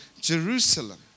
Jerusalem